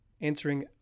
Answering